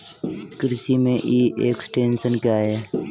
कृषि में e extension क्या है?